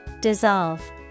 Dissolve